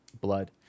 Blood